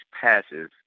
passes